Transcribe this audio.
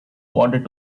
wanted